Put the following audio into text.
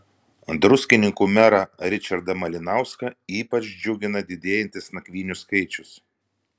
druskininkų merą ričardą malinauską ypač džiugina didėjantis nakvynių skaičius